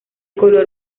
color